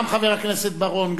גם חבר הכנסת בר-און,